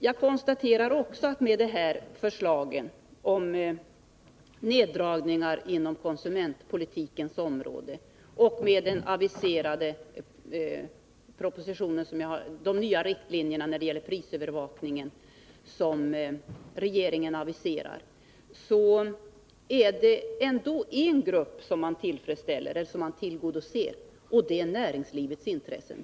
Jag konstaterar också att man genom förslagen till neddragningar inom konsumentpolitikens område och genom den aviserade propositionen med nya riktlinjer för prisövervakning ändå tillgodoser en grupp och det är näringslivets intressen.